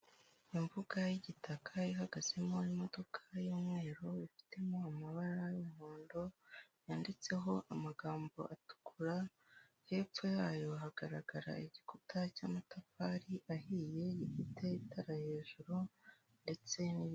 Imbuga y'igitaka ihagazemo imodoka y'umweru ifitemo amabara y'umuhondo, yanditseho amagambo atukura, hepfo yayo hagaragara igikuta cy'amatafari ahiye gifite itara hejuru ndetse n'ibiti.